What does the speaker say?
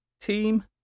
Team